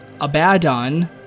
Abaddon